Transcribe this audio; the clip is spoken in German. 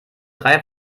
drei